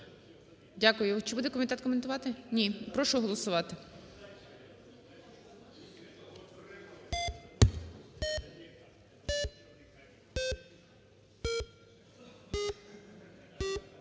Дякую. Чи буде комітет коментувати? Ні. Прошу голосувати.